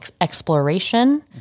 exploration